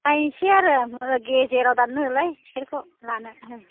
नायनोसै आरो गेजेराव दाननो होलै टिकेटखौ लानो हो